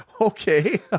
Okay